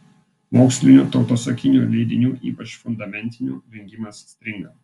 mokslinių tautosakinių leidinių ypač fundamentinių rengimas stringa